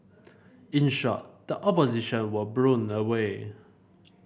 in short the Opposition was blown away